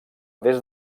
des